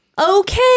Okay